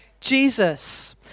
Jesus